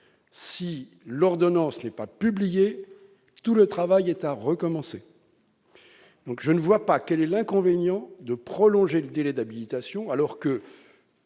si l'ordonnance n'est pas publié tout le travail est à recommencer, donc je ne vois pas quel est l'inconvénient de prolonger le délai d'habitation alors que